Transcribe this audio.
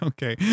Okay